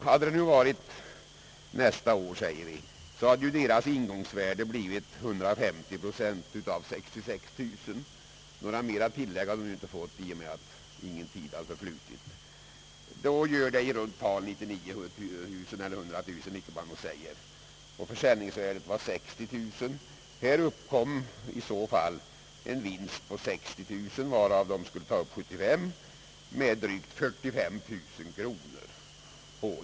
Hade nu försäljningen ägt rum låt oss säga nästa år, hade ingångsvärdet blivit 150 procent av 66 000 kronor. Några ytterligare tillägg hade inte utgått på grund av att ingen tid hade förflutit efter dödsfallet. Det betyder 99000 eller i runt tal 100 000 kronor. Försäljningsvärdet var 160 000 kronor. I detta fall skulle alltså uppstå en vinst på 60 000 kronor, varav skulle tas upp 75 procent eller drygt 45 000 kronor.